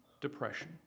depression